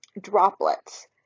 droplets